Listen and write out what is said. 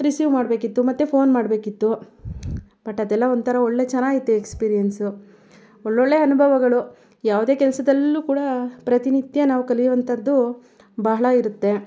receive ಮಾಡಬೇಕಿತ್ತು ಮತ್ತೆ phone ಮಾಡಬೇಕಿತ್ತು ಬಟ್ ಅದೆಲ್ಲ ಒಂಥರ ಒಳ್ಳೆ ಚೆನ್ನಾಗಿತ್ತು ಎಕ್ಸ್ಪೀರಿಯನ್ಸು ಒಳ್ಳೊಳ್ಳೆ ಅನುಭವಗಳು ಯಾವುದೇ ಕೆಲಸದಲ್ಲು ಕೂಡ ಪ್ರತಿನಿತ್ಯ ನಾವು ಕಲಿಯುವಂಥದ್ದು ಬಹಳ ಇರುತ್ತೆ